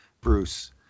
Bruce